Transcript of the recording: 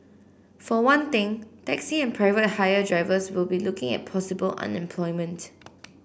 for one thing taxi and private hire drivers will be looking at possible unemployment